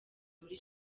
muri